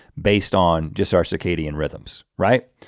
based on just our circadian rhythms, right?